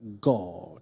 God